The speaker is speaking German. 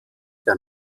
der